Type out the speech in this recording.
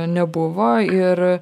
nebuvo ir